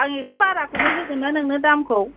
आं एसे बाराखौनो होगोन ना नोंनो दामखौ